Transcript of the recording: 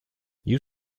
you